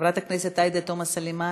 חברת הכנסת עאידה תומא סלימאן,